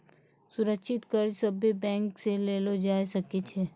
सुरक्षित कर्ज सभे बैंक से लेलो जाय सकै छै